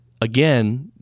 again